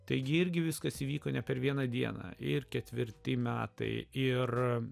taigi irgi viskas įvyko ne per vieną dieną ir ketvirti metai ir